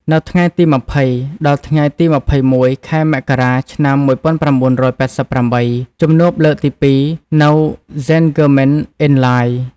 នៅថ្ងៃទី២០ ដល់ថ្ងៃទី២១ ខែមករា ឆ្នាំ១៩៨៨ ជំនួបជាលើកទី២ នៅ សេន-ហ្គឺរម៉ិន-អ៊ីន-ឡាយ។